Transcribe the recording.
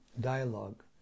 dialogue